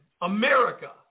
America